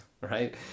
right